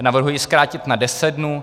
Navrhuji zkrátit na deset dnů.